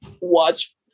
watch